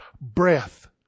breath